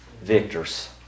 Victors